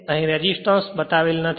અહી રેસિસ્ટન્સ બતાવેલ નથી